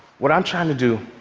what i'm trying to do,